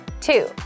Two